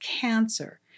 cancer